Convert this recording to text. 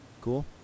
cool